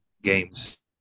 games